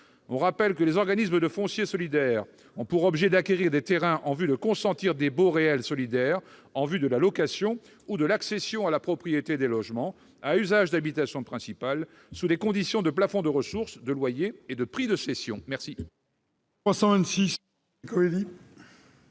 Je rappelle que les organismes de foncier solidaire ont pour objet d'acquérir des terrains en vue de consentir des baux réels solidaires au titre de la location ou de l'accession à la propriété des logements à usage d'habitation principale, sous des conditions de plafond de ressources, de loyer et de prix de cession.